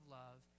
love